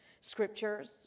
scriptures